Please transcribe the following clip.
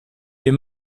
wir